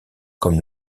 comme